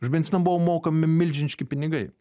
už benziną buvo mokami milžiniški pinigai